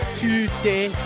today